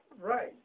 Right